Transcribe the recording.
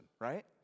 right